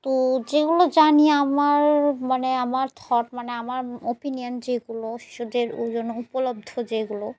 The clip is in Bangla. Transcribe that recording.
তো যেগুলো জানি আমার মানে আমার থট মানে আমার ওপিনিয়ন যেগুলো শিশুদের ও জন্য উপলব্ধ যেগুলো